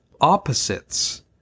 opposites